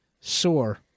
sore